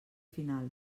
final